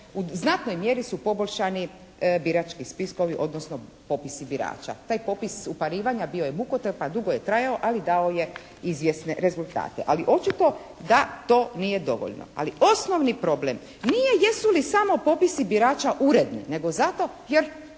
U znatnoj mjeri su poboljšani birački spiskovi odnosno popisi birača. Taj popis uparivanja bio je mukotrpan, dugo je trajao, ali dao je izvjesne rezultate. Ali očito da to nije dovoljno. Ali osnovni problem nije jesu li samo popisi birača uredni nego zato jer